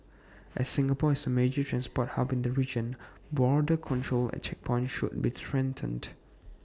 as Singapore is A major transport hub in the region border control at checkpoints should be strengthened